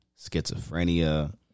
schizophrenia